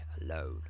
alone